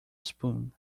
spoon